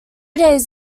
days